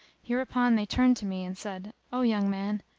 hereupon they turned to me and said, o young man,